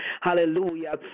hallelujah